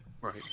right